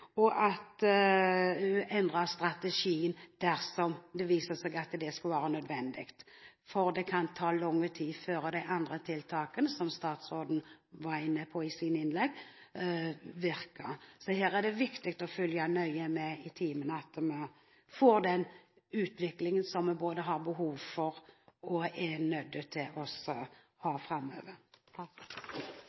dersom det skulle vise seg nødvendig, for det kan ta lang tid før de andre tiltakene som statsråden var inne på i sine innlegg, virker. Her er det viktig å følge nøye med i timen, så vi får den utviklingen som vi både har behov for og er nødt til å ha framover. 2011 ble et